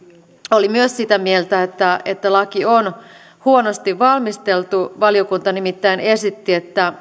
oli myös sitä mieltä että että laki on huonosti valmisteltu valiokunta nimittäin esitti että